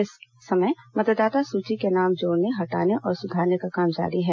इस समय मतदाता सुची में नाम जोड़ने हटाने और सुधारने का काम जारी है